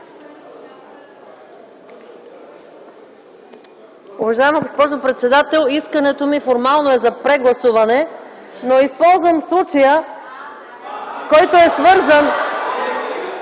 Уважаема госпожо председател, искането ми формално е за прегласуване, но използвам случая, който е свързан